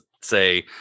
say